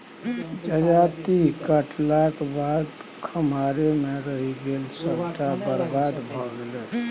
जजाति काटलाक बाद खम्हारे मे रहि गेल सभटा बरबाद भए गेलै